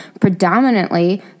predominantly